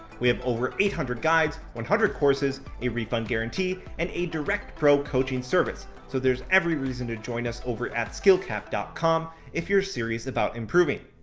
we have over eight hundred guides, one hundred courses, a refund guarantee, and a direct pro coaching service, so there's every reason to join us over at skill-capped com if you're serious about improving!